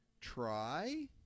try